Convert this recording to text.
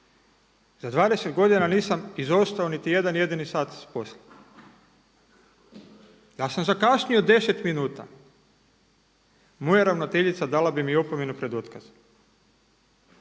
za 20 godina nisam izostao niti jedan jedini sat iz posla. Da sam zakasnio 10 minuta moja ravnateljica dala bi mi opomenu pred otkaz,